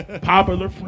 Popular